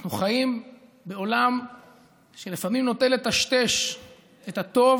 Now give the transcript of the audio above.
אנחנו חיים בעולם שלפעמים נוטה לטשטש את הטוב,